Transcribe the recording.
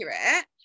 accurate